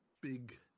big